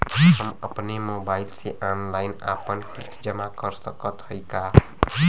हम अपने मोबाइल से ऑनलाइन आपन किस्त जमा कर सकत हई का?